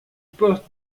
poste